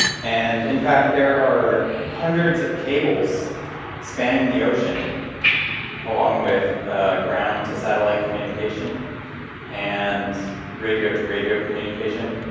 and in fact, there are hundreds of cables spanning the ocean along with ground to-satellite communication and radio-to-radio communication,